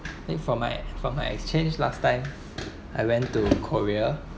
I think for my for my exchange last time I went to korea